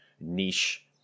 niche